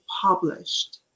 published